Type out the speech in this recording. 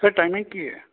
sir timing ਕੀ ਹੈ